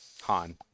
Han